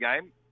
game